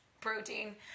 protein